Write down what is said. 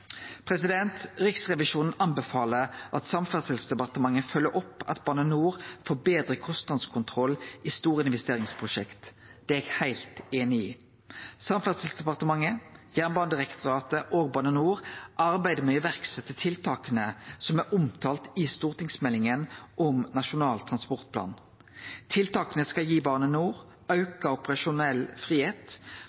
Riksrevisjonen anbefaler at Samferdselsdepartementet følgjer opp at Bane NOR forbetrar kostnadskontrollen i store investeringsprosjekt. Det er eg heilt einig i. Samferdselsdepartementet, Jernbanedirektoratet og Bane NOR arbeider med å setje i verk tiltaka som blei omtalte i stortingsmeldinga om Nasjonal transportplan. Tiltaka skal gi Bane NOR